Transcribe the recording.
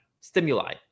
stimuli